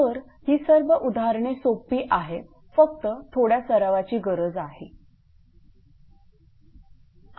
तर ही सर्व उदाहरणे सोपी आहेत फक्त थोड्या सरावाची गरज आहे